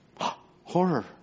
Horror